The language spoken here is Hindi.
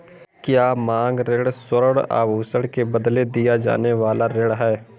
क्या मांग ऋण स्वर्ण आभूषण के बदले दिया जाने वाला ऋण है?